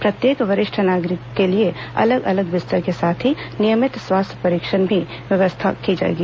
प्रत्येक वरिष्ठ नागरिक के लिए अलग अलग बिस्तर के साथ ही नियमित स्वास्थ्य परीक्षण की भी व्यवस्था होगी